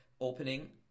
opening